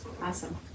Awesome